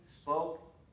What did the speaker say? spoke